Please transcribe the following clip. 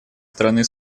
стороны